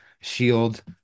shield